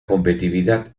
competitividad